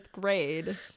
grade